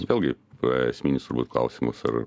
vėlgi esminis klausimas ar